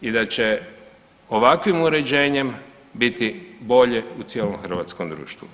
I da će ovakvim uređenjem biti bolje u cijelom hrvatskom društvu.